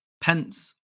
Pence